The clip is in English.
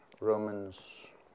Romans